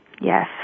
Yes